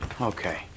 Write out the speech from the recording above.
Okay